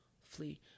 flee